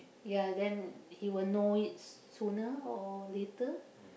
ya then he will know it sooner or later